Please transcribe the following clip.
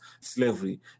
slavery